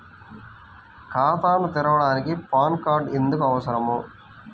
ఖాతాను తెరవడానికి PAN card ఎందుకు అవసరము?